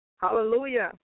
Hallelujah